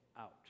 out